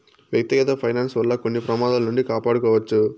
వ్యక్తిగత ఫైనాన్స్ వల్ల కొన్ని ప్రమాదాల నుండి కాపాడుకోవచ్చు